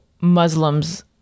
Muslims